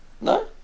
No